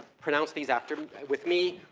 pronounce these after, with me.